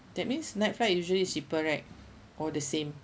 that means night flight usually is cheaper right or the same